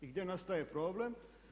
I gdje nastaje problem?